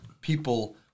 people